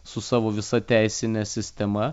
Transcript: su savo visa teisine sistema